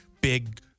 big